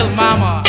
mama